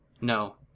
No